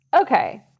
okay